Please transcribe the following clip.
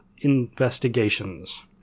investigations